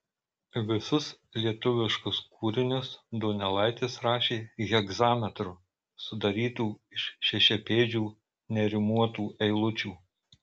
visus lietuviškus kūrinius donelaitis rašė hegzametru sudarytu iš šešiapėdžių nerimuotų eilučių